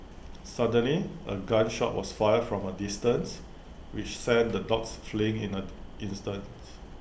suddenly A gun shot was fired from A distance which sent the dogs fleeing in at instants